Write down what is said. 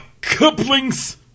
couplings